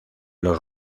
los